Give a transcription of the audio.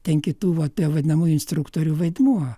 ten kitų vat tie vadinamųjų instruktorių vaidmuo